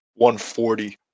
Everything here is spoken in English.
140